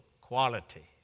quality